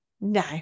no